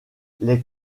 les